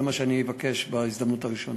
זה מה שאני אבקש בהזדמנות הראשונה.